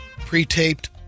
pre-taped